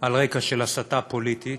על רקע של הסתה פוליטית,